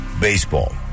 baseball